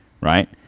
right